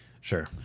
Sure